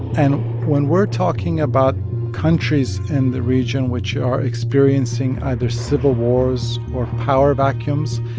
and when we're talking about countries in the region which are experiencing either civil wars or power vacuums,